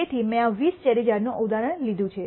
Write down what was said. તેથી મેં આ 20 ચેરી ઝાડનું ઉદાહરણ લીધું છે